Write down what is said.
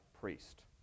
priest